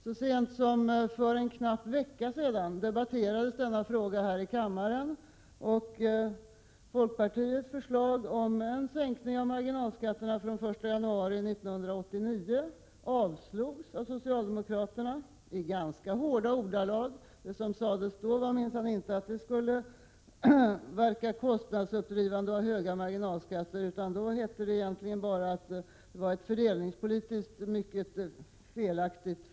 Så sent som för en knapp vecka sedan debatterades denna fråga här i kammaren, och folkpartiets förslag om en sänkning av marginalskatterna den 1 januari 1989 avslogs av socialdemokraterna i ganska hårda ordalag. Det som sades då var minsann inte att höga marginalskatter skulle verka kostnadsuppdrivande, bara att ett förslag härom är fördelningspolitiskt mycket felaktigt.